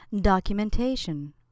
Documentation